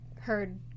heard